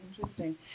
Interesting